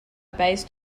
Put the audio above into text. based